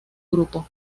grupo